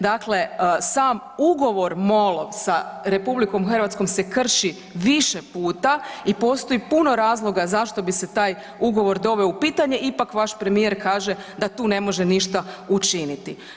Dakle, sam ugovor sa MOL-om sa RH se krši više puta i postoji puno razloga zašto bi se taj ugovor doveo u pitanje, ipak vaš premijer kaže da tu ne može ništa učiniti.